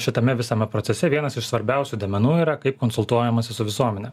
šitame visame procese vienas iš svarbiausių duomenų yra kaip konsultuojamasi su visuomene